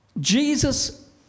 Jesus